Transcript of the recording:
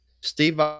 Steve